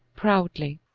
proudly.